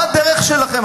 מה הדרך שלכם?